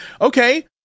Okay